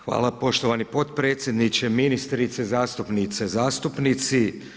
Hvala poštovani potpredsjedniče, ministrice, zastupnice, zastupnici.